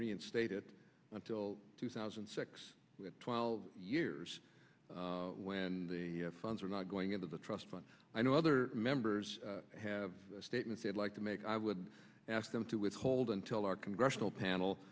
reinstate it until two thousand and six twelve years when the funds are not going into the trust fund i know other members have statements they like to make i would ask them to withhold until our congressional panel